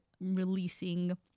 releasing